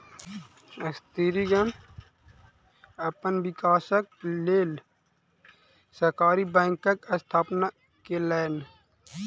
स्त्रीगण अपन विकासक लेल सहकारी बैंकक स्थापना केलैन